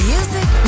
Music